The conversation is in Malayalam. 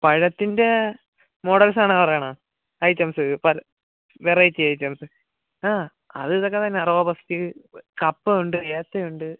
പഴത്തിൻ്റെ മോഡൽസാണോ പറയുന്നത് ഐറ്റംസ് പല വെറൈറ്റി ഐറ്റംസ് ആ അത് ഇതൊക്കെ തന്നെ റോബസ്റ്റ് കപ്പ ഉണ്ട് ഏത്തൻ ഉണ്ട്